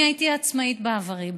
אני הייתי עצמאית בעברי.